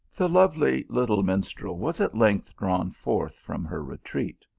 the lovely little minstrel was at length drawn forth from her retreat.